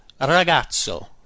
ragazzo